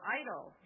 idle